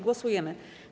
Głosujemy.